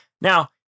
Now